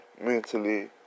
mentally